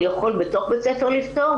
הוא יכול בתוך בית הספר לפתוח,